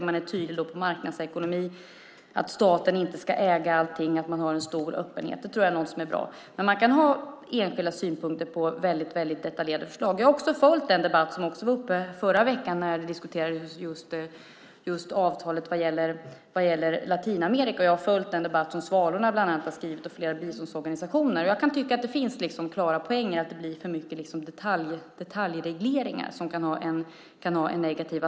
Man är tydlig när det gäller marknadsekonomi och att staten inte ska äga allting. Man har en stor öppenhet. Det tror jag är bra. Man kan ha enskilda synpunkter på väldigt detaljerade förslag. Jag följde debatten förra veckan då man diskuterade avtalet när det gäller Latinamerika. Jag har följt den debatt som Svalorna och flera biståndsorganisationer har skrivit. Jag kan tycka att det kan finnas en poäng i att det blir för mycket detaljreglering som kan vara negativ.